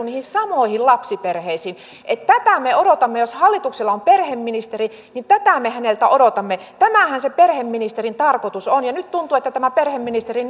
niihin samoihin lapsiperheisiin tätä me odotamme jos hallituksella on perheministeri niin tätä me häneltä odotamme tämähän se perheministerin tarkoitus on ja nyt tuntuu että tämä perheministeri